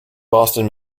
boston